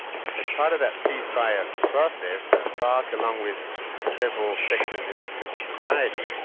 as part of that cease-fire process, the farc, along with several sectors in civil society,